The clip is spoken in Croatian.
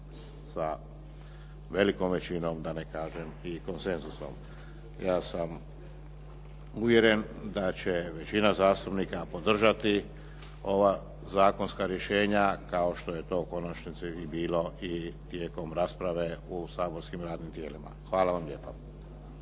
sa velikom većinom da ne kažem i konsenzusom. Ja sam uvjeren da će većina zastupnika podržati ova zakonska rješenja kao što je to u konačnici i bilo tijekom rasprave u saborskim radnim tijelima. Hvala vam lijepa.